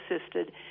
assisted